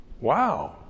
Wow